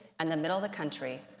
and the middle of the country,